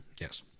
Yes